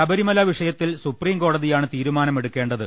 ശബരിമല വിഷയത്തിൽ സുപ്രീം കോടതിയാണ് തീരുമാന മെടുക്കേണ്ടത്